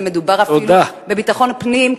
מדובר אפילו בביטחון פנים,